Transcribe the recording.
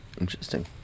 Interesting